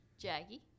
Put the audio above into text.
Jaggy